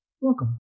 Welcome